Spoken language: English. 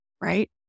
right